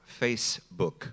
Facebook